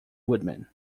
woodman